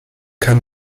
kann